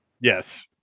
Yes